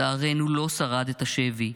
לצערנו לא שרד את השבי.